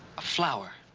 a flower.